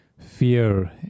Fear